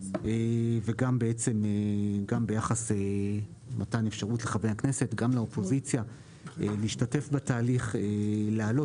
וגם ביחס למתן אפשרות לחברי הכנסת וגם לאופוזיציה להשתתף בתהליך להעלות